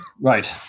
Right